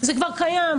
זה כבר קיים.